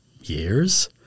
years